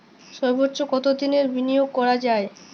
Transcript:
সর্বোচ্চ কতোদিনের বিনিয়োগ করা যায়?